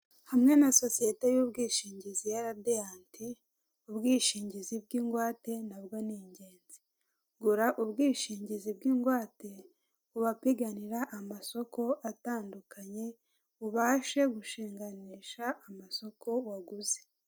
Hamwe na sosiyete y'ubwishingizi ya radenti ubwishingizi bw'ingwate na bwo ni igenzi ubu bwishingizi bw'ingwate mu bapiganira amasoko atandukanye, ubashe gushinganisha amasoko waguze.